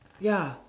ya